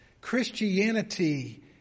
Christianity